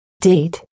date